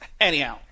Anyhow